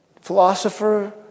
philosopher